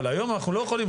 אבל היום אנחנו לא יכולים,